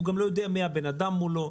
הוא גם לא יודע מי הבן אדם מולו.